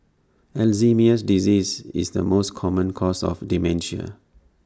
Alzheimer's disease is the most common cause of dementia